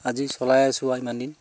আজি চলাই আছো আৰু ইমান দিন